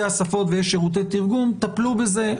השפות ויש שירותי תרגום טפלו בזה,